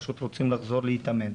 פשוט רוצים לחזור להתאמן.